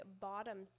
bottom